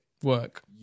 Work